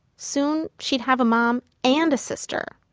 soon, she'd have a mom and a sister.